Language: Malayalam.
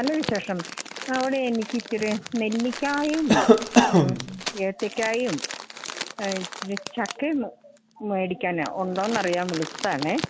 നല്ല വിശേഷം അവിടെ എനിക്കിച്ചിരെ നെല്ലിക്കയും ഏത്തക്കയും പിന്നെ ചക്കയും മേടിക്കാനാണ് ഉണ്ടോ എന്നറിയാൻ വിളിച്ചതാണേ